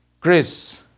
Chris